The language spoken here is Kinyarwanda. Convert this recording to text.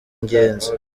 ingenzi